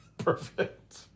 Perfect